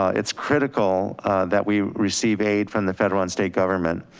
it's critical that we receive aid from the federal and state government.